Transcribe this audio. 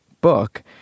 book